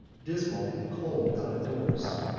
dismal and cold out of doors.